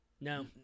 No